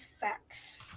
facts